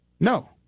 No